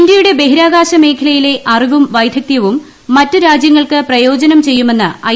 ഇന്തൃയുടെ ബഹിരാകാശ മേഖലയിലെ അറിവും വൈദഗ്ദ്ധൃവും മറ്റു രാജൃങ്ങൾക്ക് പ്രയോജനം ചെയ്യുമെന്ന് ഐ